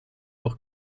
auch